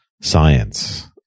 science